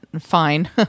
fine